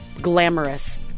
glamorous